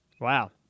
Wow